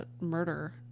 murder